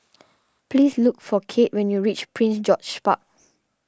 please look for Cade when you reach Prince George's Park